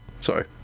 Sorry